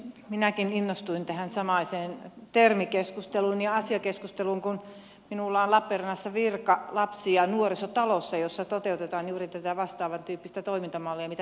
minäkin innostuin tähän samaiseen termikeskusteluun ja asiakeskusteluun kun minulla on lappeenrannassa virka lapsi ja nuorisotalossa jossa toteutetaan juuri tätä vastaavantyyppistä toimintamallia mitä imatralla toteutetaan